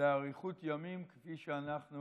לאריכות ימים כפי שאנחנו